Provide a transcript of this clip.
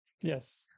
Yes